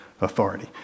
authority